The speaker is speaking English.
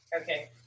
okay